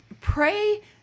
pray